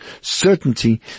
certainty